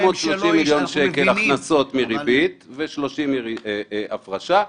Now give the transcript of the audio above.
930 מיליון שקל הכנסות מריבית, 30 הפרשה.